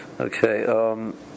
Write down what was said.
Okay